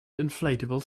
inflatable